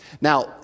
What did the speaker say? Now